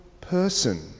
person